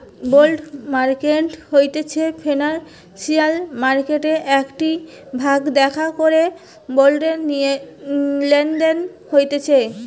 bond market হতিছে financial মার্কেটের একটিই ভাগ যেখান করে বন্ডের লেনদেন হতিছে